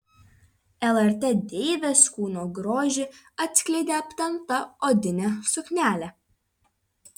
lrt deivės kūno grožį atskleidė aptempta odinė suknelė